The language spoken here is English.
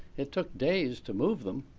it took days to move them.